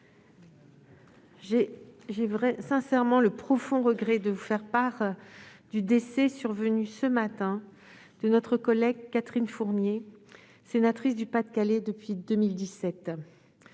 j'ai le profond regret de vous faire part du décès, survenu ce matin, de notre collègue Catherine Fournier, sénatrice du Pas-de-Calais depuis 2017.